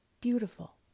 beautiful